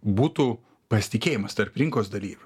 būtų pasitikėjimas tarp rinkos dalyvių